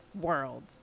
world